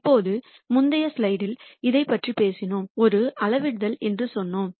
இப்போது முந்தைய ஸ்லைடில் இதைப் பற்றி பேசினோம் a ஒரு அளவிடுதல் என்று சொன்னோம்